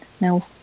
no